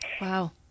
Wow